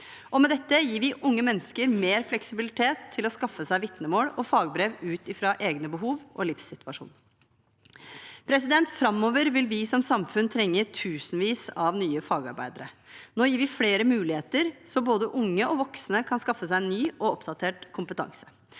år. Med dette gir vi unge mennesker mer fleksibilitet til å skaffe seg vitnemål og fagbrev ut fra egne behov og egen livssituasjon. Framover vil vi som samfunn trenge tusenvis av nye fagarbeidere. Nå gir vi flere muligheter, så både unge og voksne kan skaffe seg ny og oppdatert kompetanse.